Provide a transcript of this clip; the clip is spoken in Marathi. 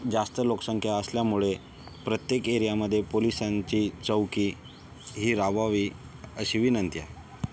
जास्त लोकसंख्या असल्यामुळे प्रत्येक एरियामध्ये पोलिसांची चौकी ही राबवावी अशी विनंती आहे